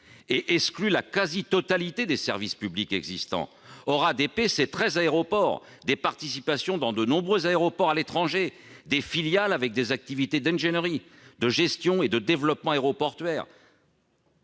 et exclut la quasi-totalité des services publics existants. Or ADP, c'est treize aéroports, des participations dans de nombreux aéroports à l'étranger, des filiales avec des activités d'ingénierie, de gestion et de développement aéroportuaire.